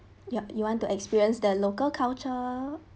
yup you want to experience the local culture